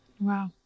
Wow